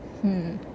hmm